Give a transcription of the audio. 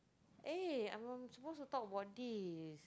eh I'm supposed to talk about this